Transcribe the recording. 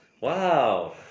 Wow